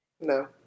No